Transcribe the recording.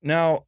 Now